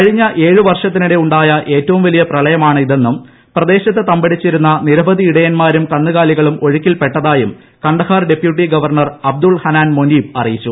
കഴിഞ്ഞ ഏഴുവർഷത്തിനിടെ ഉണ്ടായ ഏറ്റവും വലിയ പ്രളയമാണിതെന്നും പ്രദേശത്ത് തമ്പടിച്ചിരുന്ന നിരവധി ഇടയന്മാരും കന്നുകാലികളും ഒഴുക്കിൽപ്പെട്ടതായും കാണ്ഡഹാർ ഡെപ്യൂട്ടി ഗവർണർ അബ്ദുൾ ഹനാൻ മൊനീബ് അറിയിച്ചു